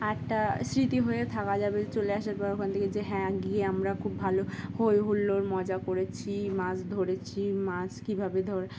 একটা স্মৃতি হয়ে থাকা যাবে চলে আসার পর ওখান থেকে যে হ্যাঁ গিয়ে আমরা খুব ভালো হৈ হল্লোর মজা করেছি মাছ ধরেছি মাছ কীভাবে ধর